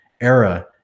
era